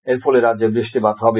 এরফলে রাজ্যে বৃষ্টিপাত হবে